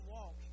walk